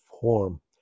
form